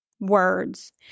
Words